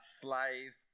slave